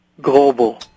global